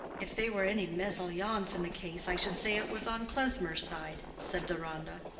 if they were any mesalliance in the case, i should say it was on klesmer's side, said deronda.